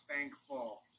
thankful